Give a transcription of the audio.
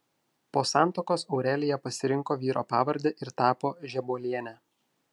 po santuokos aurelija pasirinko vyro pavardę ir tapo žebuoliene